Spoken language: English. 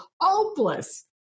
hopeless